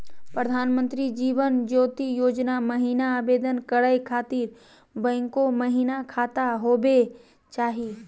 प्रधानमंत्री जीवन ज्योति योजना महिना आवेदन करै खातिर बैंको महिना खाता होवे चाही?